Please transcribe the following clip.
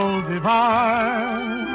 divine